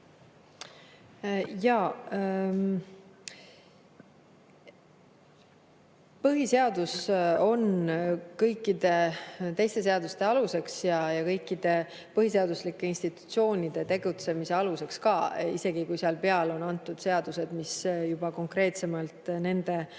Põhiseadus on kõikide teiste seaduste aluseks ja kõikide põhiseaduslike institutsioonide tegutsemise aluseks ka, isegi kui seal peal on antud seadused, mis juba konkreetsemalt nende